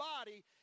body